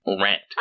rent